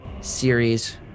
series